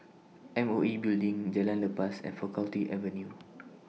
M O E Building Jalan Lepas and Faculty Avenue